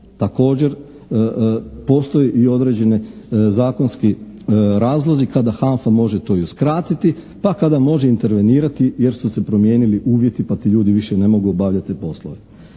Također, postoji i određeni zakonski razlozi kada HANFA može to i uskratiti, pa kada može intervenirati jer su se promijenili uvjeti pa ti ljudi više ne mogu obavljati te poslove.